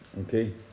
Okay